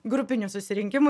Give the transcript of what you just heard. grupinių susirinkimų